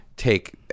take